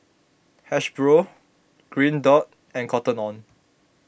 Hasbro Green Dot and Cotton on